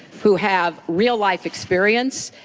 who have real life experience.